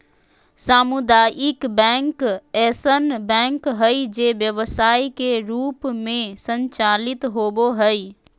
सामुदायिक बैंक ऐसन बैंक हइ जे व्यवसाय के रूप में संचालित होबो हइ